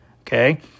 Okay